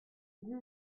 dix